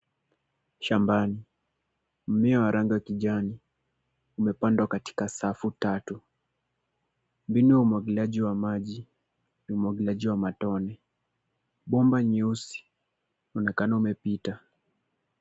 Shambani, mimea wa rangi ya kijani imepandwa katika safu tatu. Mbinu ya umwagiliaji wa maji ya umwagiliaji wa matone. Bomba nyeusi unaonekana imepita.